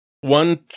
one